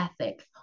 ethics